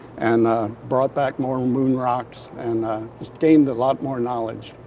and brought back more moon rocks, and sustained a lot more knowledge.